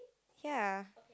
ya